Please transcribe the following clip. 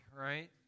right